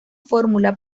fórmula